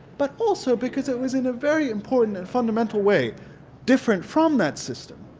but also because it was in a very important and fundamental way different from that system,